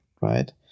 right